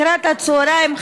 לקראת הצוהריים,